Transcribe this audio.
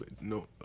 no